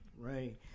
Right